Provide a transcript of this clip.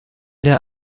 der